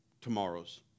tomorrows